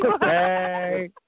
Hey